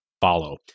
follow